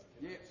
Yes